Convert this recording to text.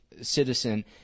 citizen